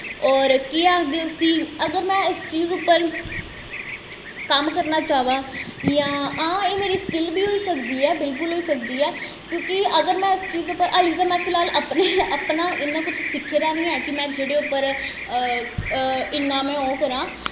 होर केह् आखदे उस्सी अगर में उस चीज़ उप्पर कम्म करना चांह् जां हां एह् मेरी स्किल बी होई सकदी ऐ बिल्कुल होई सकदी ऐ क्योंकि अगर में इस चीज़ उप्पर हाल्ली तां में फिलहाल अपना इन्ना कुछ सिक्खे दा निं ऐ कि जेह्दे उप्पर इन्ना में ओह् करांऽ